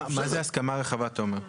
מה זה הסכמה רחבה, תומר?